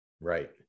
Right